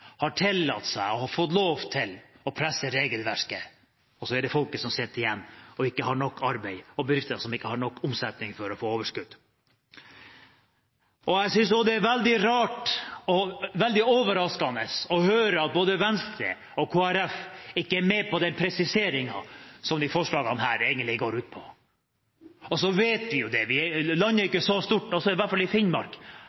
har sagt, fordi en del rederier har tillatt seg og fått lov til å presse regelverket. Og så er det folket som sitter igjen og ikke har nok arbeid, og bedrifter som ikke har nok omsetning for å få overskudd. Jeg synes også det er veldig rart og veldig overraskende å høre at både Venstre og Kristelig Folkeparti ikke er med på presiseringen som disse forslagene egentlig går ut på. Så vet vi – landet er